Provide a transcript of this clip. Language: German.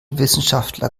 wissenschaftler